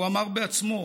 הוא אמר בעצמו,